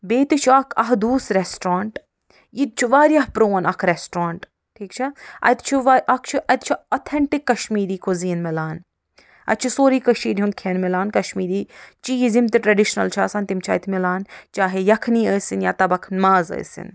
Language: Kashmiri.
بیٚیہِ تہِ چھُ اکھ احدوٗس رٮ۪سٹرٛانٛٹ یہِ تہِ چھُ واریاہ پرٛون اکھ رٮ۪سٹرٛانٛٹ ٹھیٖک چھےٚ اَکھ چھُ اَتہِ چھُ آتھینٛٹِک کشمیٖری کُزیٖن مِلان اتہِ چھُ سورٕے کشیٖرِ ہُنٛد کھٮ۪ن مِلان کشمیٖری چیٖز یِم تہِ ٹرٛٮ۪ڈِشنل چھِ آسان تِم چھِ اتہِ مِلان چاہے یکھنی ٲسِن یا تبکھ ماز ٲسِن